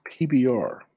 PBR